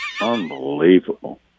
Unbelievable